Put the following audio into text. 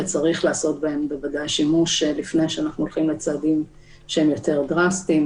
וצריך לעשות בהן שימוש לפני שאנחנו הולכים לצעדים יותר דרסטיים.